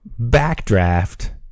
Backdraft